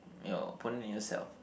your opponent and yourself